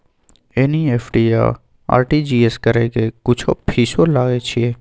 NEFT आ RTGS करै के कुछो फीसो लय छियै?